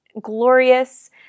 glorious